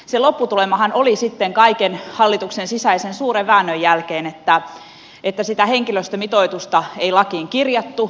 sen lopputulemahan oli sitten kaiken hallituksen sisäisen suuren väännön jälkeen että sitä henkilöstömitoitusta ei lakiin kirjattu